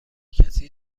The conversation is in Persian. کسی